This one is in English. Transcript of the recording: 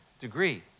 degree